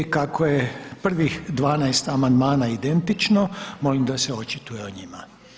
Kako je prvih 12 amandmana identično, molim da se očituje o njima.